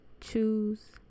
choose